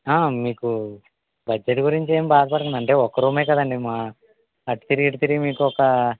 ఆ మీకు బడ్జెట్ గురించి ఏమి బాధ పడకండి అంటే ఒక్క రూమే కదండి మా అటు తిరిగి ఇటు తిరిగి మీకు ఒక